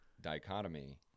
dichotomy